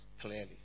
clearly